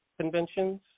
conventions